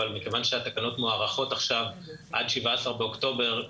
מכיוון שהתקנות מוארכות עכשיו עד 17 באוקטובר,